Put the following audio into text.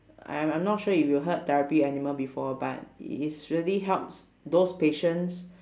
I'm I'm not sure if you heard therapy animal before but it is really helps those patients